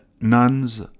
nuns